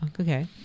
okay